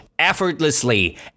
effortlessly